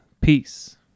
Peace